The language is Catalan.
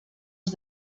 els